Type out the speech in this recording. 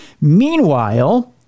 Meanwhile